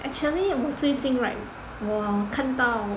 actually 我最近 right 我看到